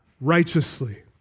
righteously